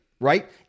right